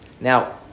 now